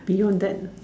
beyond that